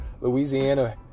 Louisiana